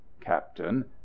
captain